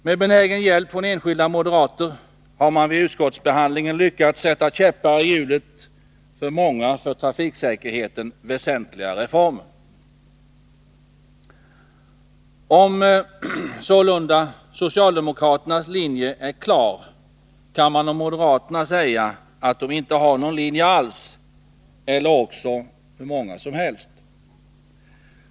Med benägen hjälp från enskilda moderater har man vid utskottsbehandlingen lyckats sätta käppar i hjulet för många för trafiksäkerheten väsentliga reformer. Om sålunda socialdemokraternas linje är klar, kan man om moderaterna säga att de inte har någon linje alls eller också har hur många som helst.